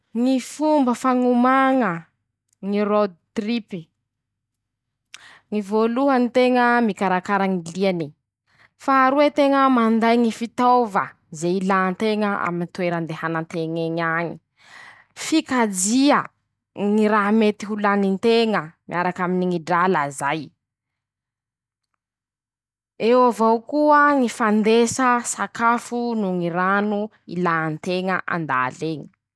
Ñy fomba fañomana ñy rôtiripy: - ñy voalohany teña mikarakara ñy liany. -Faha roe teña manday ñy fitaôva ze ilà nteña aminy ñy toera andehana nteñ'eñy añy, fikajia ñy raha mety ho lany nteña miarak'aminy ñy drala zay, eo avao koa ñy fandesa sakafo noho ñy rano ilà teña andal'eñy.